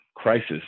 crisis